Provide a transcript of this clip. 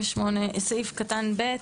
סעיף קטן (ב)